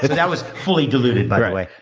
that was fully diluted, by the way.